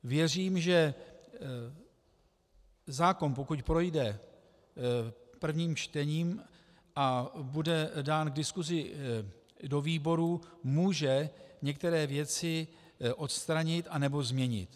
Věřím, že zákon, pokud projde prvním čtením a bude dán k diskuzi do výborů, může některé věci odstranit anebo změnit.